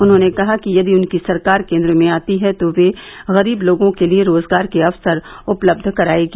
उन्होंने कहा कि यदि उनकी सरकार केन्द्र में आती है तो वह गरीब लोगों के लिए रोजगार के अवसर उपलब्ध करायेगी